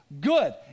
good